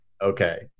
Okay